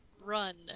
run